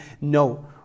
No